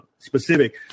specific